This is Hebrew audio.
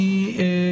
המל"ל,